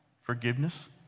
forgiveness